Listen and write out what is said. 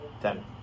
Ten